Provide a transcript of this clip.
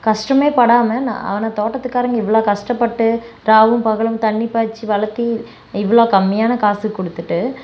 கஷ்டமே படாமல் நா ஆனால் தோட்டத்துக்காரங்கள் இவ்வளோ கஷ்டப்பட்டு ராவும் பகலும் தண்ணி பாய்ச்சி வளர்த்து இவ்வளோ கம்மியான காசு கொடுத்துட்டு